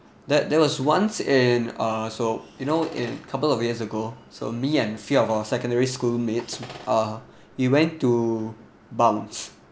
there there was once in uh so you know in couple of years ago so me and few of our secondary school mates uh we went to bounce